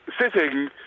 sitting